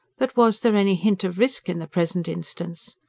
but was there any hint of risk in the present instance?